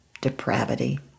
depravity